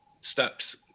steps